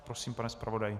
Prosím, pane zpravodaji.